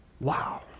Wow